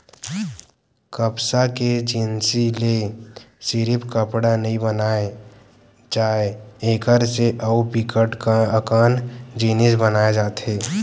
कपसा के जिनसि ले सिरिफ कपड़ा नइ बनाए जाए एकर से अउ बिकट अकन जिनिस बनाए जाथे